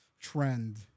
trend